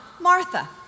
martha